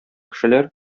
кешеләр